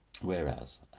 Whereas